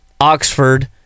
Oxford